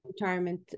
retirement